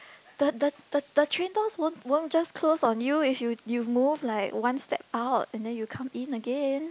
the the the the train don't won't won't just close on you if you you move like one step out and then you come in again